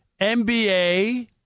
NBA